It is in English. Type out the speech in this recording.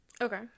Okay